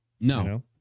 No